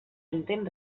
entén